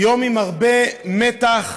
יום עם הרבה מתח,